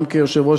גם כיושב-ראש